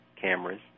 cameras